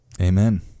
Amen